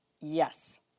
yes